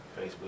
Facebook